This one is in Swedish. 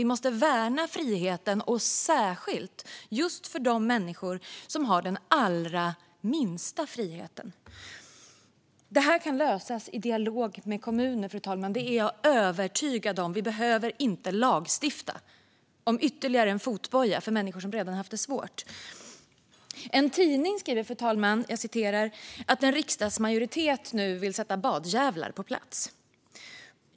Vi måste värna friheten, särskilt för de människor som har den allra minsta friheten. Det här kan lösas i dialog med kommuner. Det är jag övertygad om. Vi behöver inte lagstifta om ytterligare en fotboja för människor som redan haft det svårt. Fru talman! En tidning skriver att en "riksdagsmajoritet vill sätta badjävlar på plats".